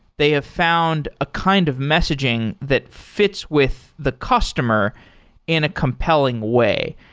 they have found a kind of messaging that fits with the customer in a compelling way.